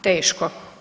Teško.